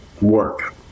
work